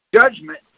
judgment